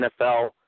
NFL